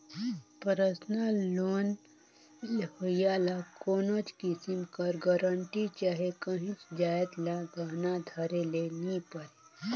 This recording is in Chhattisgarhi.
परसनल लोन लेहोइया ल कोनोच किसिम कर गरंटी चहे काहींच जाएत ल गहना धरे ले नी परे